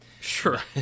Sure